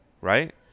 right